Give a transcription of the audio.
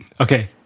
Okay